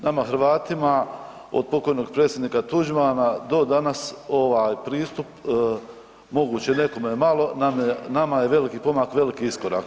Nama Hrvatima od pok. predsjednika Tuđmana do danas ovaj pristup moguće nekome malo, nama je veliki pomak i veliki iskorak.